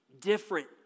different